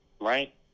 right